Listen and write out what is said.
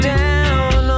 down